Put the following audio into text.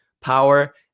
power